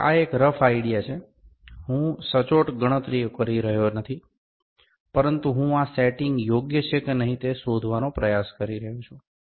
તેથી આ એક રફ આઇડિયા છે હું સચોટ ગણતરીઓ કરી રહ્યો નથી પરંતુ હું આ સેટિંગ યોગ્ય છે કે નહીં તે શોધવાનો પ્રયાસ કરી શકું છું